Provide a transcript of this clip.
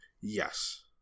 Yes